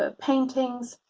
ah paintings,